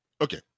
okay